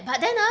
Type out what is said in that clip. but then ah